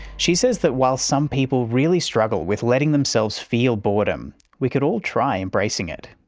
she says that while some people really struggle with letting themselves feel boredom, we could all try embracing it.